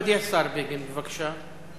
מכובדי השר בגין, בבקשה.